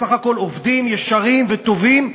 בסך הכול עובדים ישרים וטובים,